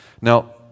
Now